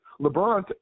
LeBron